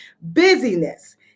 Busyness